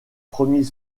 premiers